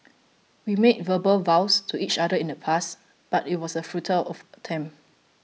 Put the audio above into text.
we made verbal vows to each other in the past but it was a futile of attempt